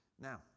Now